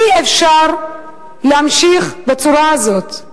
אי-אפשר להמשיך בצורה הזאת.